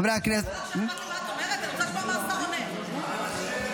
אבל מי שרוצה לקחת לעצמו את הסמכות בהעמדה לדין,